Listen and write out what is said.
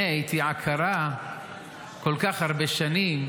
אני הייתי עקרה כל כך הרבה שנים,